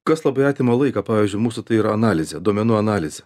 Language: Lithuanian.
kas labai atima laiką pavyzdžiui mūsų tai yra analizė duomenų analizė